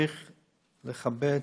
צריך לכבד.